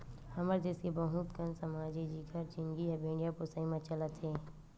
हमर देस के बहुत कन समाज हे जिखर जिनगी ह भेड़िया पोसई म चलत हे